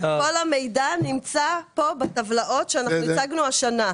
כל המידע נמצא פה בטבלאות שהצגנו השנה.